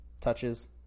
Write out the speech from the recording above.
touches